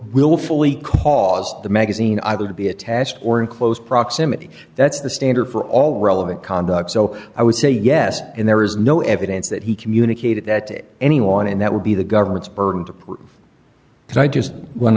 willfully cause the magazine either to be attached or in close proximity that's the standard for all relevant conduct so i would say yes and there is no evidence that he communicated that to anyone and that would be the government's burden to prove because i just one